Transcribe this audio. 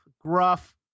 gruff